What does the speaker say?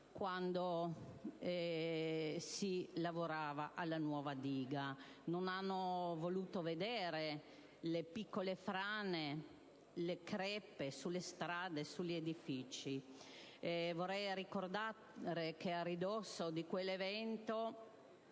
quando si lavorava alla nuova diga. Non hanno voluto vedere le piccole frane e le crepe sulle strade e sugli edifici. Vorrei ricordare che a ridosso dell'evento